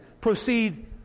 proceed